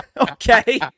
Okay